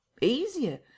Easier